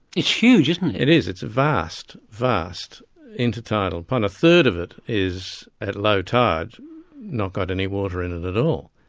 it's huge, isn't it. it is, it's a vast, vast intertidal. but a third of it is at low tide not got any water in it at all,